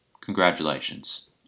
Congratulations